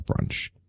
Brunch